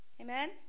Amen